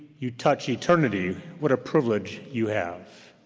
you touch eternity, what a privilege you have.